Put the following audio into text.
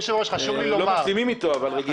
לא משלימים איתו, אבל רגילים אליו.